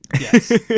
Yes